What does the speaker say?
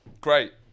Great